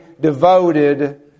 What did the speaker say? devoted